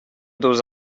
those